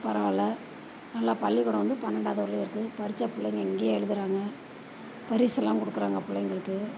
பரவாயில்லை நல்லா பள்ளிக்கூடம் வந்து பன்னெண்டாவது வரைலேயும் இருக்குது பரிட்சை பிள்ளைங்க இங்கேயே எழுதுறாங்க பரிசெல்லாம் கொடுக்குறாங்க பிள்ளைங்களுக்கு